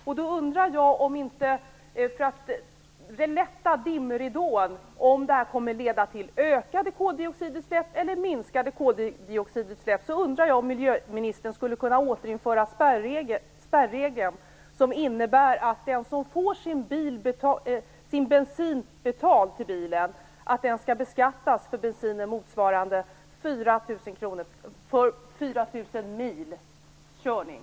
Jag undrar, för att lätta dimridån, om detta kommer att leda till ökade koldioxidutsläpp eller minskade koldioxidutsläpp. Jag undrar om miljöministern skulle kunna återinföra spärregeln, som innebär att den som får sin bensin till bilen betald skall beskattas för bensinen motsvarande 4 000 mils körning?